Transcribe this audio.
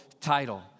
title